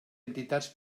entitats